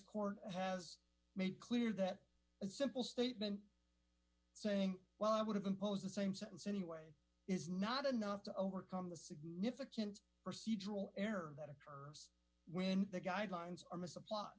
court has made clear that a simple statement saying well i would have imposed the same sentence anyway is not enough to overcome the significant procedural error better when the guidelines are mis a plot